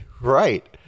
Right